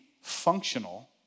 functional